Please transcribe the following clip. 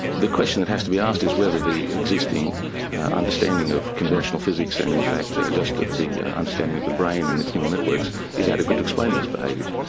the question that has to be asked is whether the existing understanding of conventional physics and in fact, ah just ah the understanding of the brain and its neural networks is adequate to explain these behaviours.